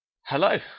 Hello